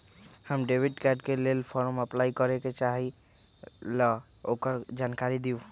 हम debit card के लेल फॉर्म अपलाई करे के चाहीं ल ओकर जानकारी दीउ?